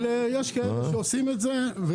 אבל יש כאלה שעושים את זה.